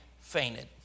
fainted